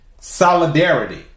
solidarity